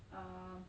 um